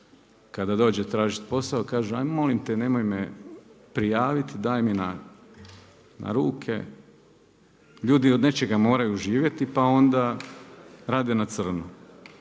kada dođe tražiti posao kaže ajd molim te nemoj me prijaviti, daj mi na ruke, ljudi od nečega moraju živjeti pa onda rade na crno.